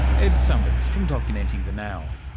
ed summers from documenting the now.